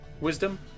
Wisdom